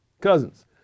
cousins